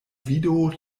vido